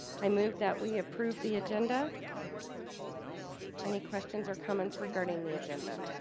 i move that we approve the agenda support any questions or comments regarding the agenda